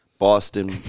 Boston